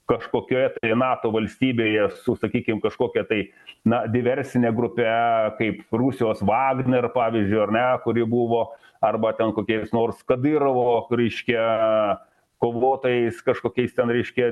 kažkokioje nato valstybėje su sakykim kažkokia tai na diversine grupe kaip rusijos vagner pavyzdžiui ar ne kuri buvo arba ten kokiais nors kadyrovo reiškia kovotojais kažkokiais ten reiškia